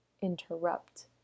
interrupt